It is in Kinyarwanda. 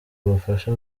ubufasha